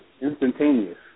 instantaneous